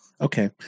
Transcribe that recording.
Okay